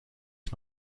ich